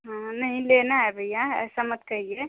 हाँ नहीं लेना है भैया ऐसा मत कहिए